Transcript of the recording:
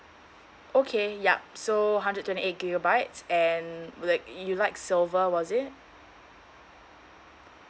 okay yup so hundred twenty eight gigabytes and you like~ you like silver was it